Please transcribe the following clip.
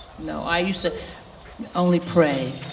no i used to only pray.